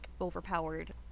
overpowered